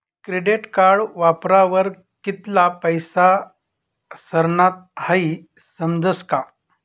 credit card वापरावर कित्ला पैसा सरनात हाई समजस का